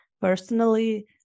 personally